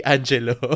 Angelo